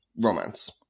romance